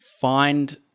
find